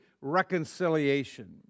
reconciliation